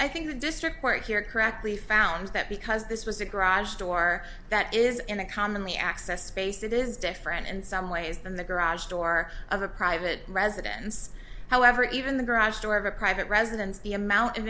i think the district court here correctly found that because this was a garage door that is in a commonly accessed base it is different in some ways than the garage door of a private residence however even the garage door of a private residence the amount of